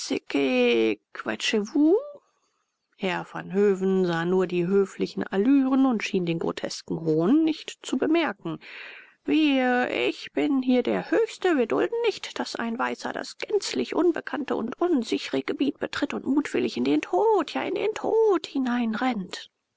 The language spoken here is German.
herr vanhöven sah nur die höflichen allüren und schien den grotesken hohn nicht zu merken wir ich bin hier der höchste wir dulden nicht daß ein weißer das gänzlich unbekannte und unsichre gebiet betritt und mutwillig in den tod ja in den tod